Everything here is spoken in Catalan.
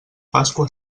pasqua